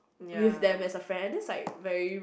with them as a friend I'm just like very